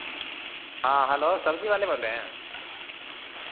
हँ हेलो सबजी वाले बोल रहे हैं